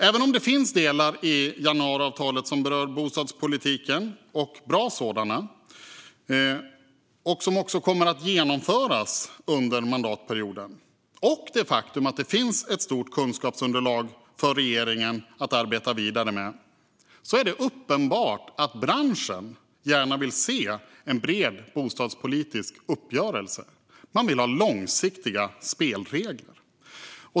Även om det finns delar, bra sådana, i januariavtalet som berör bostadspolitiken och som kommer att genomföras under mandatperioden samt ett stort kunskapsunderlag för regeringen att arbeta vidare med är det uppenbart att branschen gärna vill se en bred bostadspolitisk uppgörelse. Man vill ha långsiktiga spelregler.